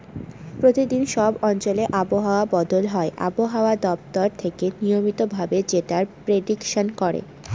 প্রতিদিন সব অঞ্চলে আবহাওয়া বদল হয় আবহাওয়া দপ্তর থেকে নিয়মিত ভাবে যেটার প্রেডিকশন করে